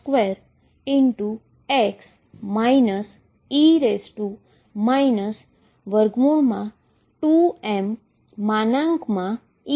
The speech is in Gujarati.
જે sinh 2mE2x થશે